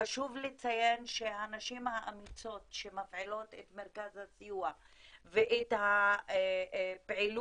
חשוב לציין שהנשים האמיצות שמפעילות את מרכז הסיוע ואת הפעילות